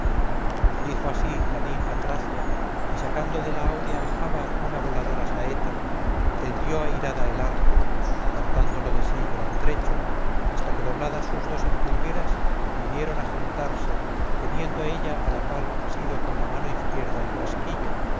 dijo así la ninfa tracia y sacando de la áurea aljaba una voladora saeta tendió airada el arco apartándolo de sí gran trecho hasta que dobladas sus dos empulgueras vinieron a juntarse teniendo ella a la par